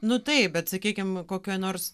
nu taip bet sakykim kokioj nors